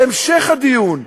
בהמשך הדיון,